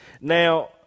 Now